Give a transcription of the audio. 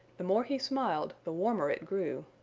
the more he smiled the warmer it grew.